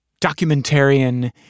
documentarian